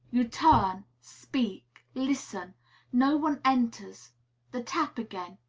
you turn, speak, listen no one enters the tap again.